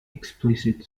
explicit